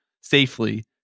safely